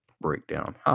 breakdown